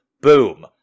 Boom